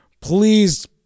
please